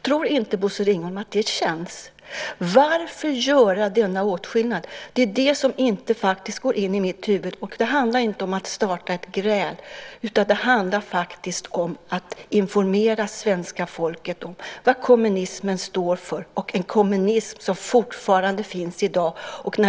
Tror inte Bosse Ringholm att det känns? Varför göra denna åtskillnad? Det är det som inte går in i mitt huvud. Det handlar inte om att starta ett gräl, utan det handlar om att informera svenska folket om vad kommunismen står för - en kommunism som fortfarande finns i dag.